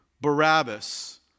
Barabbas